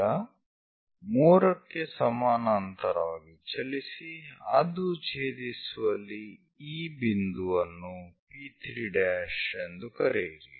ಈಗ 3 ಕ್ಕೆ ಸಮಾನಾಂತರವಾಗಿ ಚಲಿಸಿ ಅದು ಛೇದಿಸುವಲ್ಲಿ ಆ ಬಿಂದುವನ್ನು P3' ಎಂದು ಕರೆಯಿರಿ